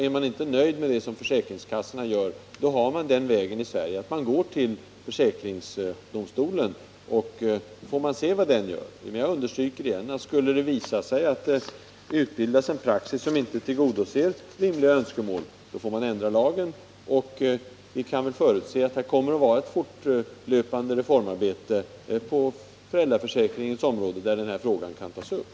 Är man inte nöjd med det som försäkringskassorna beslutar, har vii Sverige den regeln att man går till försäkringsdomstolen, och så får man se vad den säger. Men jag understryker ännu en gång att skulle det visa sig att det utbildas en praxis som inte tillgodoser rimliga önskemål, då får man ändra lagen. Vi kan förutse att det kommer att pågå ett fortlöpande reformarbete på föräldraförsäkringens område, där den här frågan kan tas upp.